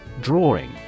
Drawing